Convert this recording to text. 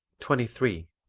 twenty three.